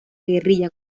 guerrilla